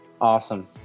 Awesome